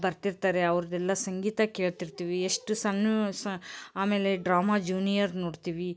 ಬರ್ತಿರ್ತಾರೆ ಅವ್ರದ್ದೆಲ್ಲ ಸಂಗೀತ ಕೇಳ್ತಿರ್ತೀವಿ ಎಷ್ಟು ಸಣ್ಣ ಸ ಆಮೇಲೆ ಡ್ರಾಮಾ ಜೂನಿಯರ್ ನೋಡ್ತೀವಿ